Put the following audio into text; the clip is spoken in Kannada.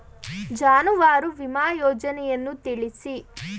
ಜಾನುವಾರು ವಿಮಾ ಯೋಜನೆಯನ್ನು ತಿಳಿಸಿ?